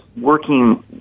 working